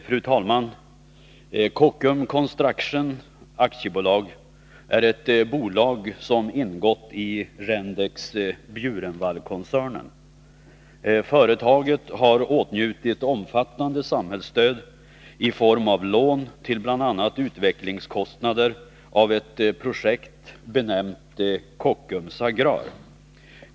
Fru talman! Kockums Construction AB är ett bolag som ingått i Rendex Bjurenvallkoncernen. Företaget har åtnjutit omfattande samhällsstöd i form av lån till bl.a. utvecklingskostnader för ett projekt benämnt Kockums Agrar.